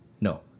no